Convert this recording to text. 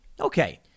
Okay